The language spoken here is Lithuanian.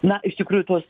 na iš tikrųjų tos